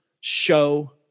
show